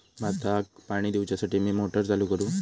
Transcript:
भाताक पाणी दिवच्यासाठी मी मोटर चालू करू?